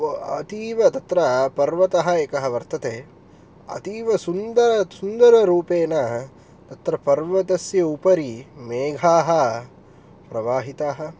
ब अतीव तत्र पर्वतः एकः वर्तते अतीवसुन्दर सुन्दररूपेन तत्र पर्वतस्य उपरि मेघाः प्रवाहिताः